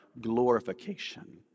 glorification